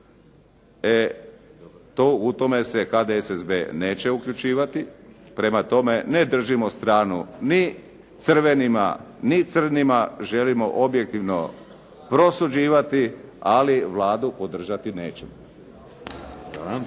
to, u tome se HDSSB neće uključivati. Prema tome, ne držimo stranu ni crvenima, ni crnima, želimo objektivno prosuđivati, ali Vladu podržati nećemo.